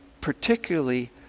particularly